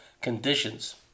conditions